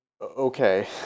Okay